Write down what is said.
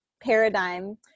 paradigm